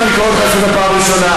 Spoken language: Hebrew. הם גדלו, אולי בהושעיה?